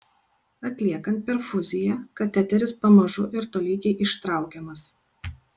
atliekant perfuziją kateteris pamažu ir tolygiai ištraukiamas